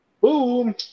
Boom